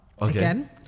again